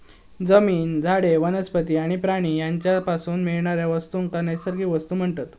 जमीन, झाडे, वनस्पती आणि प्राणी यांच्यापासून मिळणाऱ्या वस्तूंका नैसर्गिक वस्तू म्हणतत